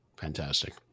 Fantastic